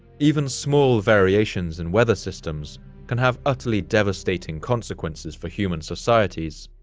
even small variations in weather systems can have utterly devastating consequences for human societies,